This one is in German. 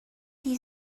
die